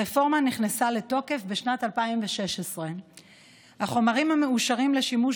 הרפורמה נכנסה לתוקף בשנת 2016. החומרים המאושרים לשימוש